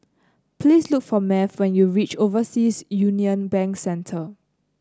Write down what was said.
please look for Math when you reach Overseas Union Bank Center